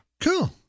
Cool